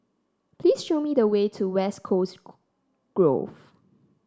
please show me the way to West Coast Grove